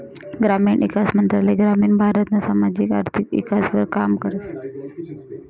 ग्रामीण ईकास मंत्रालय ग्रामीण भारतना सामाजिक आर्थिक ईकासवर काम करस